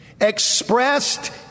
expressed